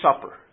Supper